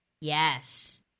Yes